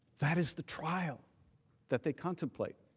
that is the trial that they contemplate.